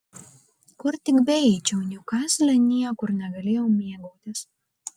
kur tik beeičiau niukasle niekur negalėjau mėgautis